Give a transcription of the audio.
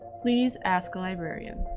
please ask a librarian.